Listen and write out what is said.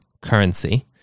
currency